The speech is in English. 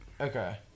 Okay